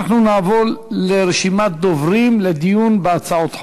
אנחנו נעבור לרשימת הדוברים בדיון בהצעות החוק.